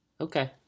Okay